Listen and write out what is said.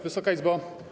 Wysoka Izbo!